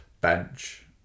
bench